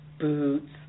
boots